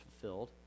fulfilled